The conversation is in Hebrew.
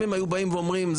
אם היו באים ואומרים,